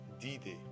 d-day